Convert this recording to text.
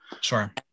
Sure